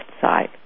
side